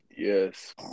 Yes